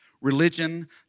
Religion